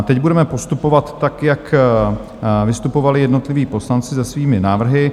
Teď budeme postupovat tak, jak vystupovali jednotliví poslanci se svými návrhy.